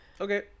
Okay